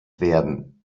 werden